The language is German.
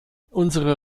unsere